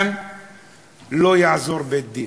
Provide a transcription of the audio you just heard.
לא יעזור בית-דין,